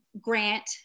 grant